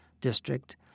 district